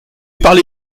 parlé